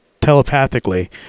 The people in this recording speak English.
telepathically